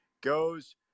goes